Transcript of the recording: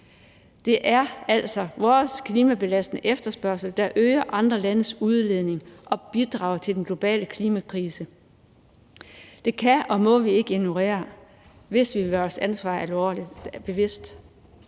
Det er altså vores klimabelastende efterspørgsel, der øger andre landes udledning og bidrager til den globale klimakrise. Det kan og må vi ikke ignorere, hvis vi vil være vores ansvar bevidst.